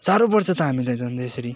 साह्रो पर्छ त हामीलाई त अन्त यसरी